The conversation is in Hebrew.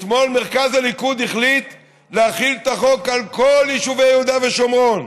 אתמול מרכז הליכוד החליט להחיל את החוק על כל יישובי יהודה ושומרון.